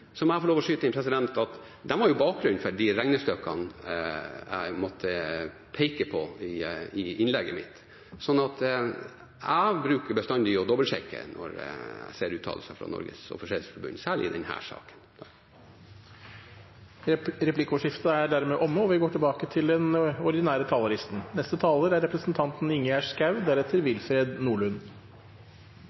må jeg få lov til å skyte inn at det har bakgrunn fra de regnestykkene jeg måtte peke på i innlegget mitt. Jeg bruker bestandig å dobbeltsjekke når jeg ser uttalelser fra Norges Offisersforbund, særlig i denne saken. Replikkordskiftet er dermed omme. Saken vi behandler i dag, medfører store endringer og er også vanskelig for lokalsamfunn. Det er